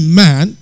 man